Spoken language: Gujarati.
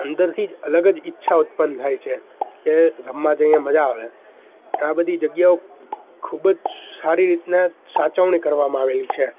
અંદરથી જ અલગ જ ઈચ્છાઓ ઉત્પન્ન થાય છે કે રમવા જઈએ મજા આવે આ બધી જગ્યાઓ ખૂબ જ સારી રીતના સાચવણી કરવામાં આવેલી છે